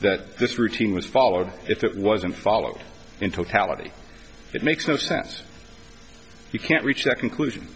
that this routine was followed if it wasn't followed in totality it makes no sense you can't reach that conclusion